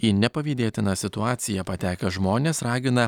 į nepavydėtiną situaciją patekę žmonės ragina